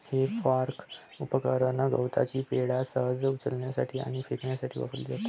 हे फोर्क उपकरण गवताची पेंढा सहज उचलण्यासाठी आणि फेकण्यासाठी वापरली जातात